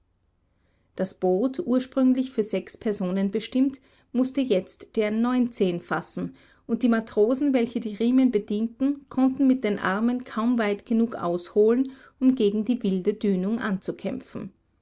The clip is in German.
das boot ursprünglich für sechs personen bestimmt mußte jetzt deren neunzehn fassen und die matrosen welche die riemen bedienten konnten mit den armen kaum weit genug ausholen um gegen die wilde dünung anzukämpfen